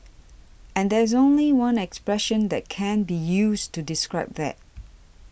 and there's only one expression that can be used to describe that